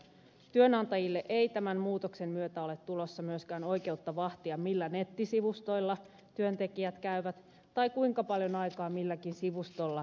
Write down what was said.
työnantajille ei tämän muutoksen myötä ole tulossa myöskään oikeutta vahtia millä nettisivustoilla työntekijät käyvät tai kuinka paljon aikaa milläkin sivustolla vietetään